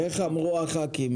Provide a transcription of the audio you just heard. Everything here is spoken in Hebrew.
איך אמרו הח"כים,